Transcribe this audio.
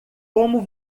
como